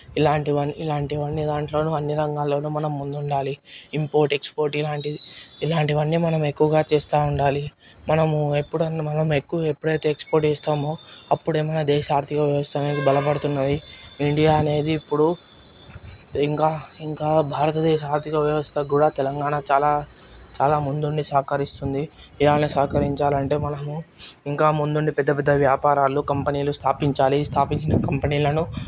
ఇలాంటివన్నీ ఇలాంటివన్నీ దాంట్లోను అన్ని రంగాల్లోనూ మనం ముందుండాలి ఇంపోర్ట్ ఎక్స్పోర్ట్ ఇలాంటివి ఇలాంటివి అన్ని మనం ఎక్కువగా చేస్తూ ఉండాలి మనం ఎప్పుడుఅన మనం ఎక్కువ ఎప్పుడైతే ఎక్స్పోర్ట్ ఇస్తామో అప్పుడు మన దేశ ఆర్థిక వ్యవస్థ అనేది బలపడుతున్నది ఇండియా అనేది ఇప్పుడు ఇంకా ఇంకా భారతదేశ ఆర్థిక వ్యవస్థ కూడా తెలంగాణ చాలా చాలా ముందుండి సహకరిస్తుంది ఇలానే సహకరించాలంటే మనము ఇంకా ముందుండి పెద్ద పెద్ద వ్యాపారాలు కంపెనీలు స్థాపించాలి స్థాపించిన కంపెనీలను